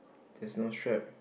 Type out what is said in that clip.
there's no shape